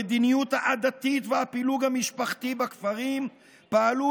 המדיניות העדתית והפילוג המשפחתי בכפרים פעלו